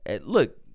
Look